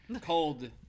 cold